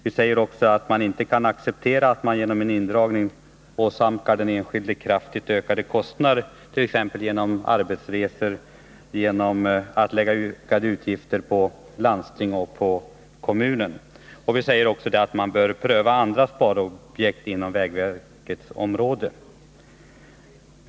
Vi säger även att det inte kan accepteras att man genom en indragning åsamkar den enskilde kraftigt ökade kostnader, t.ex. genom arbetsresor och genom att ökade utgifter läggs på landsting och kommun. Vidare säger vi att man bör pröva andra sparobjekt inom vägverkets område.